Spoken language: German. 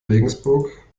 regensburg